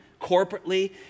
corporately